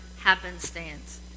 happenstance